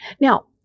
Now